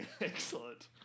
Excellent